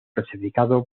clasificado